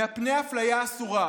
מפני אפליה אסורה.